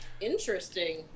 Interesting